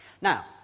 Now